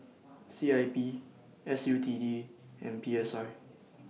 C I P S U T D and P S I